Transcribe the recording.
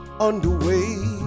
underway